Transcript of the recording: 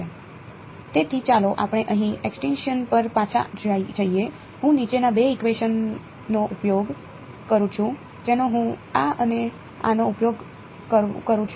તેથી ચાલો આપણે અહીં એક્સપ્રેશન પર પાછા જઈએ હું નીચેના 2 ઇકવેશન નો ઉપયોગ કરું છું જેનો હું આ અને આનો ઉપયોગ કરું છું